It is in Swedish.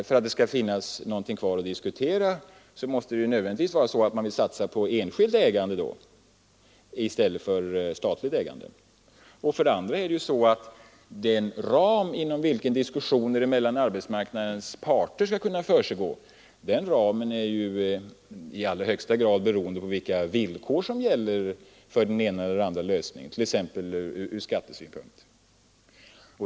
För att det skall finnas något kvar att diskutera måste man nödvändigtvis satsa på enskilt ägande i stället för statligt. Och vidare är ju den ram inom vilken diskussioner mellan arbetsmarknadens parter skall föras i allra högsta grad beroende på de villkor som gäller för den ena eller andra lösningen, t.ex. från skattesynpunkt.